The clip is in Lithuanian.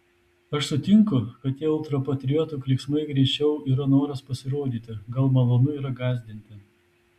aš sutinku kad tie ultrapatriotų klyksmai greičiau yra noras pasirodyti gal malonu yra gąsdinti